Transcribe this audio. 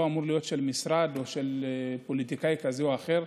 אמור להיות של משרד או של פוליטיקאי כזה או אחר.